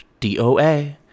DOA